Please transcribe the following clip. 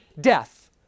death